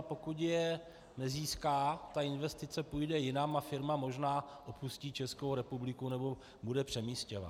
Pokud je nezíská, ta investice půjde jinam a firma možná opustí Českou republiku nebo bude přemístěna.